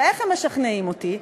ואיך הם משכנעים אותי?